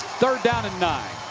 third down and nine.